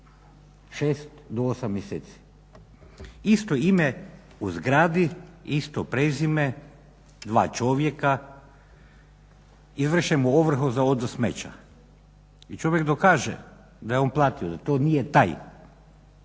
6 do 8 mjeseci. Isto ime u zgradi, isto prezime dva čovjeka izvrše mu ovrhu za odvoz smeća. I čovjek dokaže da je on platio, da to nije taj